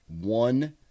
one